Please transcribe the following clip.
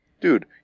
Dude